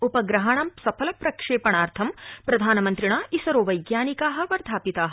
उपग्रहाणा सफलप्रक्षण्णार्थं प्रधानमन्त्रिणा इसरो वैज्ञानिका वर्धापिता